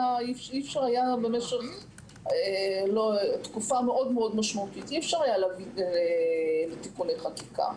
במשך תקופה מאוד משמעותית אי אפשר היה להביא תיקוני חקיקה.